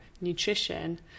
nutrition